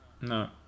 No